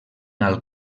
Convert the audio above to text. alt